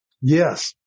Yes